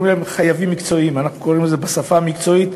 אלה שקוראים להם "חייבים מקצועיים" אנחנו קוראים לזה בשפה מקצועית,